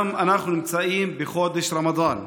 אנחנו גם נמצאים בחודש הרמדאן,